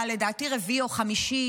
לדעתי הרביעי או החמישי,